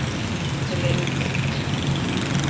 ᱢᱟᱥᱮ ᱞᱟᱹᱭ ᱢᱮ ᱪᱮᱫ ᱞᱮᱠᱟ ᱠᱷᱚᱵᱚᱨ